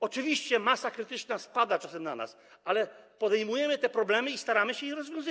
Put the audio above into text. Oczywiście masa krytyczna spada czasem na nas, ale podejmujemy te problemy i staramy się je rozwiązywać.